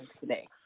today